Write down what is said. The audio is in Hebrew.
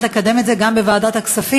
כדי לקדם את זה גם בוועדת הכספים,